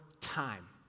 time